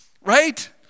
Right